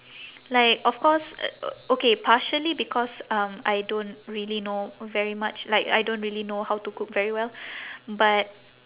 like of course okay partially because um I don't really know very much like I don't really know how to cook very well but